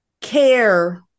care